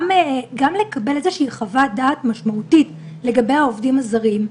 גם לקבל איזושהי חוות דעת משמעותית לגבי העובדים הזרים.